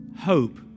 hope